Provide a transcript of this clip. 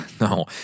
No